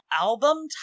album